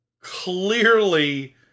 clearly